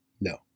No